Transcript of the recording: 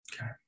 okay